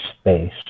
space